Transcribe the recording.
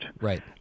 Right